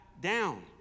down